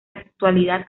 actualidad